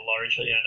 largely